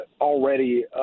already